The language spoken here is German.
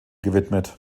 gewidmet